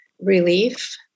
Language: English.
relief